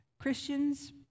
Christians